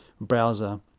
browser